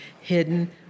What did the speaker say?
hidden